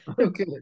Okay